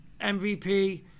MVP